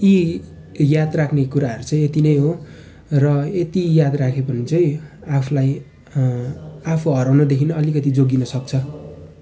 यी याद राख्ने कुराहरू चाहिँ यति नै हो र यति याद राख्यो भने चाहिँ आफूलाई आफू हराउनदेखि अलिकति जोगिनसक्छ